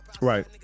right